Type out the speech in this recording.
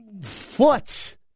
foot